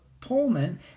pullman